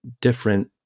different